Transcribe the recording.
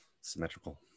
symmetrical